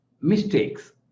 Mistakes